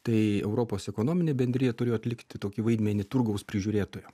tai europos ekonominė bendrija turėjo atlikti tokį vaidmenį turgaus prižiūrėtojo